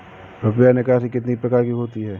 रुपया निकासी कितनी प्रकार की होती है?